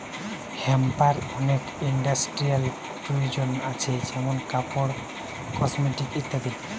হেম্পের অনেক ইন্ডাস্ট্রিয়াল প্রয়োজন আছে যেমনি কাপড়, কসমেটিকস ইত্যাদি